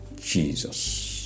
Jesus